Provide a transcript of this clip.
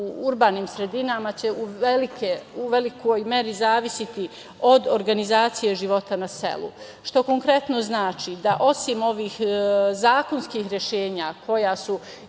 urbanim sredinama će u velikoj meri zavisiti od organizacije života na selu, što konkretno znači da osim ovih zakonskih rešenja, koja su izuzetno